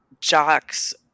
jocks